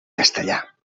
castellà